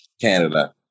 Canada